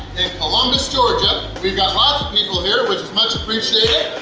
columbus, georgia. we've got lots of people here. we much appreciate